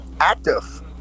active